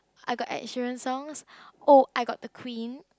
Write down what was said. I got Ed-Sheeran songs oh I got the Queen